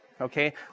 okay